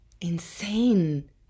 Insane